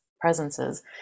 presences